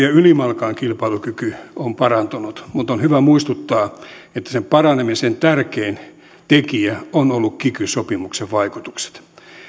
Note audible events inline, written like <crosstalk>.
<unintelligible> ja ylimalkaan kilpailukyky on parantunut mutta on hyvä muistuttaa että sen paranemisen tärkein tekijä ovat olleet kiky sopimuksen vaikutukset